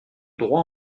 droit